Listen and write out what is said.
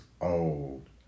old